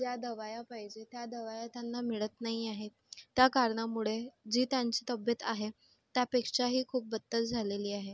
ज्या दवाया पाहिजे त्या दवाया त्यांना मिळत नाही आहेत त्या कारनामुळे जी त्यांची तब्येत् आहे त्यापेक्षाही खूप बत्तर झाली आहे